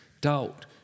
doubt